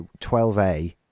12A